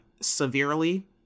severely